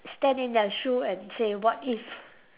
stand in their shoe and say what if